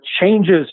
changes